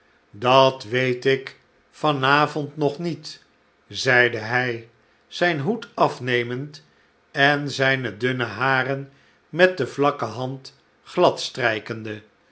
dat weet ik van avond nog niet zeide hij zijn hoed afnemend en zijne dunne haren met de vlakke hand